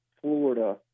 Florida